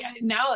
Now